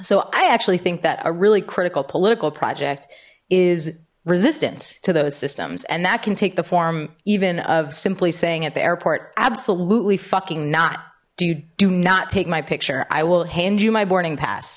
so i actually think that a really critical political project is resistance to those systems and that can take the form even of simply saying at the airport absolutely fucking not do you do not take my picture i will hand you my boarding pass